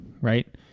Right